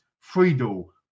Friedel